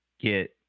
get